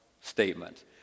statement